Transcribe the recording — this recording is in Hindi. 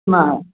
ना है